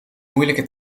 moeilijke